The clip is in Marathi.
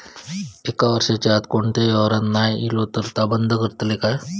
एक वर्षाच्या आत कोणतोही व्यवहार नाय केलो तर ता बंद करतले काय?